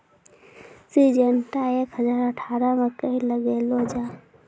Syngenta एक हजार अठारह मकई लगैलो जाय?